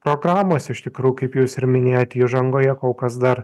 programos iš tikrų kaip jūs ir minėjot įžangoje kol kas dar